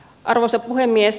arvoisa puhemies